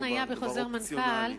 יש התניה בחוזר מנכ"ל,